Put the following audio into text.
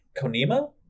Konima